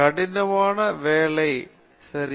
கடினமான வேலை சரி